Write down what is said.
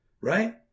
right